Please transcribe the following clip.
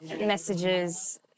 messages